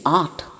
art